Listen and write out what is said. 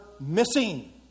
missing